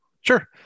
Sure